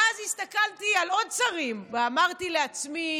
ואז הסתכלתי על עוד שרים ואמרתי לעצמי: